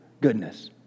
goodness